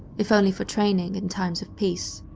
if only for training in times of peace.